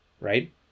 right